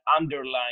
underlying